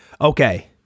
okay